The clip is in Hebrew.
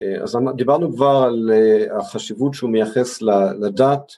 אז דיברנו כבר על החשיבות שהוא מייחס לדת